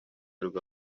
rwa